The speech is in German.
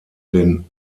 den